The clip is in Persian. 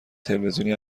تلویزیونی